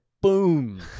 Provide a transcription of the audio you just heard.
boom